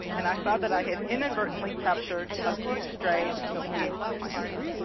and i saw that i had inadvertently captured a few stray milkweed plants.